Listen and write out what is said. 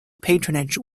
patronage